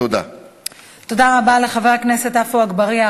תודה רבה לחבר הכנסת עפו אגבאריה.